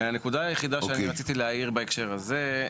הנקודה היחידה שאני רציתי להעיר בהקשר הזה,